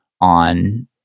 on